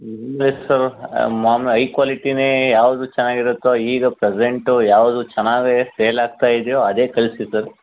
ಇಲ್ಲ ಸರ್ ಮಾಮುಲಿ ಹೈ ಕ್ವಾಲಿಟಿನೇ ಯಾವುದು ಚೆನ್ನಾಗಿರುತ್ತೊ ಈಗ ಪ್ರೆಸೆಂಟ್ ಯಾವ್ದು ಚೆನ್ನಾಗಿ ಸೇಲ್ ಆಗ್ತಾ ಇದೆಯೋ ಅದೇ ಕಳಿಸಿ ಸರ್